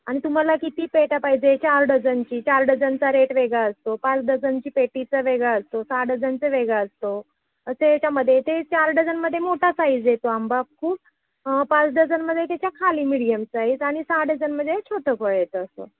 आणि तुम्हाला किती पेट्या पाहिजे चार डझनची चार डझनचा रेट वेगळा असतो पाच डझनची पेटीचा वेगळा असतो सहा डझनचं वेगळा असतो असे याच्यामध्ये ते चार डझनमध्ये मोठा साईज येतो आंबा खूप पाच डझनमध्ये त्याच्या खाली मिडीयम साईज आणि सहा डझनमध्ये छोटं फळ येतं असं